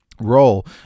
role